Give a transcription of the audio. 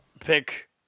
pick